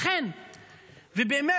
ובאמת,